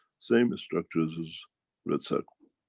same structures as red circle.